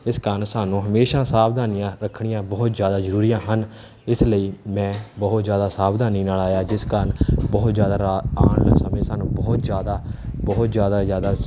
ਇਸ ਕਾਰਨ ਸਾਨੂੰ ਹਮੇਸ਼ਾ ਸਾਵਧਾਨੀਆਂ ਰੱਖਣੀਆਂ ਬਹੁਤ ਜ਼ਿਆਦਾ ਜ਼ਰੂਰੀ ਹਨ ਇਸ ਲਈ ਮੈਂ ਬਹੁਤ ਜ਼ਿਆਦਾ ਸਾਵਧਾਨੀ ਨਾਲ ਆਇਆ ਜਿਸ ਕਾਰਨ ਬਹੁਤ ਜ਼ਿਆਦਾ ਰਾਹ ਆਉਣ ਸਮੇਂ ਸਾਨੂੰ ਬਹੁਤ ਜ਼ਿਆਦਾ ਬਹੁਤ ਜ਼ਿਆਦਾ ਜ਼ਿਆਦਾ